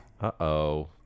Uh-oh